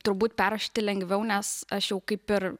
turbūt perrašyti lengviau nes aš jau kaip ir